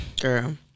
girl